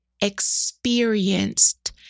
experienced